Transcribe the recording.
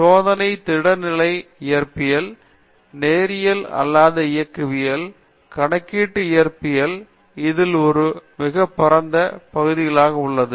சோதனை திட நிலை இயற்பியல் நேரியல் அல்லாத இயக்கவியல் கணக்கீட்டு இயற்பியல் இதில் ஒரு மிக பரந்த பகுதிகள் உள்ளது